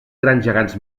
gegants